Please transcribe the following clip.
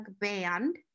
Band